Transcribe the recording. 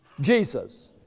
Jesus